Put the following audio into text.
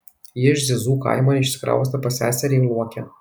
ji iš zizų kaimo išsikraustė pas seserį į luokę